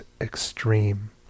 extreme